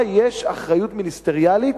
לך יש אחריות מיניסטריאלית,